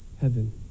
Heaven